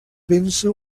vèncer